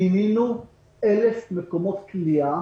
פינינו 1,000 מקומות כליאה